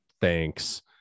thanks